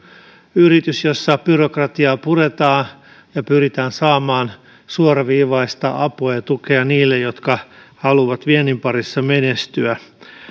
yritys jossa byrokratiaa puretaan ja pyritään saamaan suoraviivaista apua ja tukea niille jotka haluavat viennin parissa menestyä